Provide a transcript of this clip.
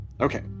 Okay